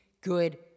good